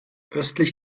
östlich